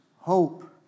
hope